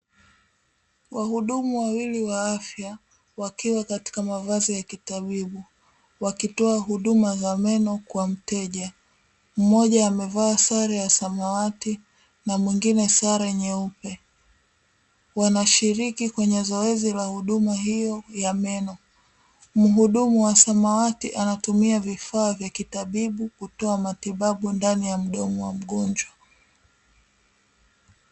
Wahudumu wawili wa afya wakiwa katika mavazi ya kitabibu wakitoa huduma za meno kwa mteja, mmoja amevaa sare ya samawati na mwingine sare nyeupe wanashiriki kwenye zoezi la huduma hiyo ya meno, muhudumu wa samawati anatumia vifaa vya kitabibu kutoa matibabu ndani ya mdomo wa mgomnjwa.